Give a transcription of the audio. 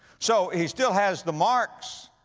so he still has the marks,